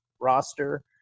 roster